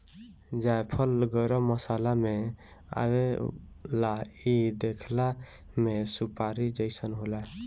जायफल गरम मसाला में आवेला इ देखला में सुपारी जइसन होला